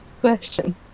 question